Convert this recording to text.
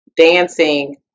dancing